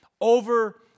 over